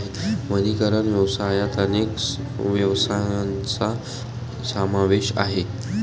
वनीकरण व्यवसायात अनेक व्यवसायांचा समावेश आहे